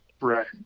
right